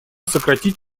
сократить